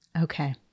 Okay